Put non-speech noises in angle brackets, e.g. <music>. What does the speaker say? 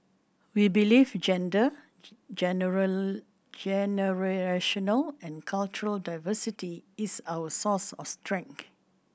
we believe gender <unintelligible> generational and cultural diversity is our source of strength